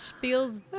feels